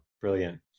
Brilliant